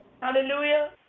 Hallelujah